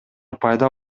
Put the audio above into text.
пайда